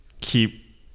keep